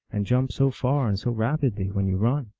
and jump so far and so rapidly when you run.